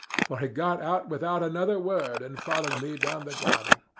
for he got out without another word, and followed me down the garden.